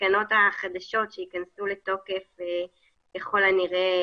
בתקנות החדשות שייכנסו לתוקף ככל הנראה